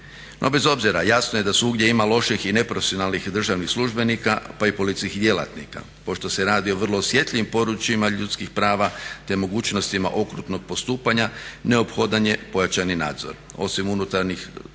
bez obzira, jasno je da svugdje ima loših i neprofesionalnih državnih službenika pa i policijskih djelatnika. Pošto se radi o vrlo osjetljivim područjima ljudskih prava te mogućnostima okrutnog postupanja neophodan je pojačani nadzor. Osim unutarnjih kontrola